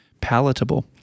palatable